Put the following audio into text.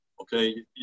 okay